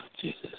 Jesus